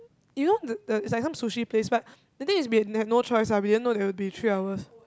you know the the it's some sushi place but the thing is we have no choice ah we didn't know it would be three hours